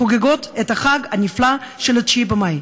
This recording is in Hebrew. חוגגות את החג הנפלא של 9 במאי.